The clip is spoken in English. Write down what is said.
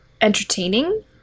entertaining